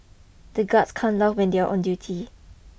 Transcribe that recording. the guards can't laugh when they are on duty